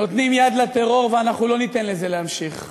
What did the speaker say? נותנים יד לטרור, ואנחנו לא ניתן לזה להימשך.